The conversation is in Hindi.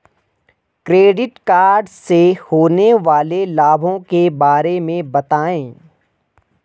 क्रेडिट कार्ड से होने वाले लाभों के बारे में बताएं?